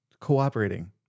cooperating